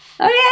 okay